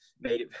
made